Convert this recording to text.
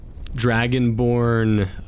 dragonborn